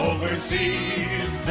Overseas